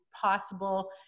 possible